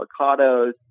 avocados